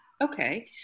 Okay